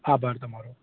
આભાર તમારો